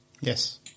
Yes